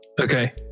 Okay